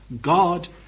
God